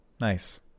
Nice